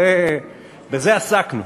בזה עסקנו.